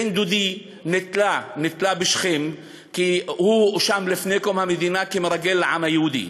בן-דודי נתלה בשכם כי הוא הואשם לפני קום המדינה כמרגל לעם היהודי,